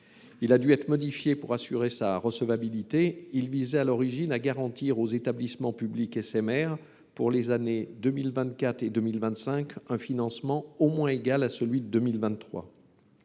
Il a dû être modifié pour assurer sa recevabilité : il visait à l’origine à garantir aux établissements publics SMR pour les années 2024 et 2025 un financement au moins égal à celui de 2023.